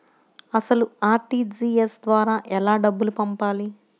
అసలు అర్.టీ.జీ.ఎస్ ద్వారా ఎలా డబ్బులు పంపాలి?